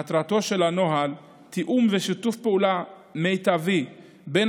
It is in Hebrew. מטרתו של הנוהל: תיאום ושיתוף פעולה מיטבי בין